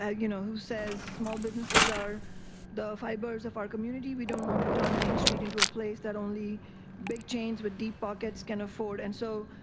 ah you know says small businesses are the fibers of our community, we don't want to turn mainstreet into a place that only big chains with deep pockets can afford, and so,